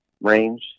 range